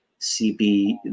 CB